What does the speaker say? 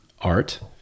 art